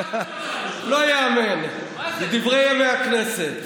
--- לא ייאמן בדברי ימי הכנסת.